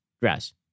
dress